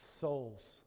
Souls